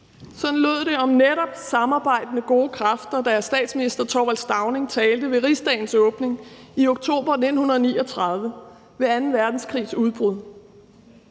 Sådan lød det om netop samarbejdende gode kræfter, da statsminister Thorvald Stauning talte ved Rigsdagens åbning i oktober 1939 ved anden verdenskrigs udbrud.